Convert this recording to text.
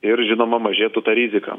ir žinoma mažėtų ta rizika